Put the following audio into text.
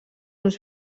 uns